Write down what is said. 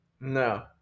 No